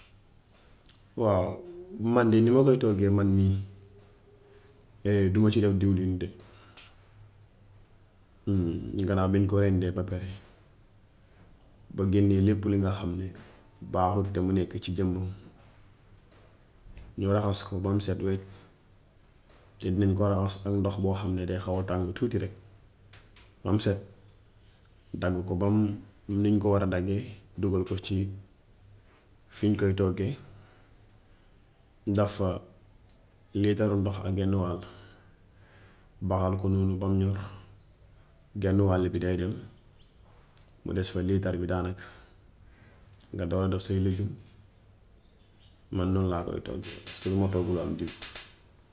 Waaw, man de ni ma koy togge man mii de, duma ci def diwlin de gannaaw bañ ko rendee ba pare ba génne lépp li nga xam ne baaxul te mu nekk ci jëmm, ñu raxas ko bam set wecc, te dinañ ko raxas ak ndox boo xam ne day xaw a tàng tuuti rekk bam set dagg ko bam niñ ko war a daggee dugal ko ci fiñ koy toggee daf fa liitaru ndox ak gennu waal baxal ko noonu bam ñor genn waalu bi day dem, mu des fa liitar bi daanak. Nga door a def say lejum, man noon laa koy toggee paska duma togg lu am diw.